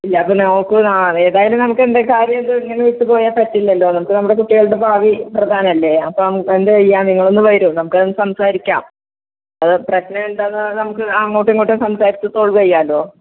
ഇല്ല ഇപ്പം നോക്കൂ നാ ഏതായാലും നമുക്ക് എന്താണ് കാര്യം എന്ത് ഇങ്ങനെ വിട്ടുപോയാൽ പറ്റില്ലല്ലോ നമുക്ക് നംമുടെ കുട്ടികളുടെ ഭാവി പ്രധാനമല്ലേ അപ്പം നമുക്ക് എന്ത് ചെയ്യാം നിങ്ങൾ ഒന്ന് വരൂ നമുക്ക് അതൊന്ന് സംസാരിക്കാം അത് പ്രശ്നം എന്താണെന്ന് നമുക്ക് അങ്ങോട്ടും ഇങ്ങോട്ടും സംസാരിച്ച് സോൾവ് ചെയ്യാമല്ലോ